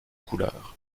couleur